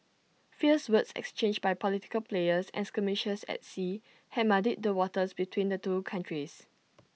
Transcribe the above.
fierce words exchanged by political players and skirmishes at sea had muddied the waters between the two countries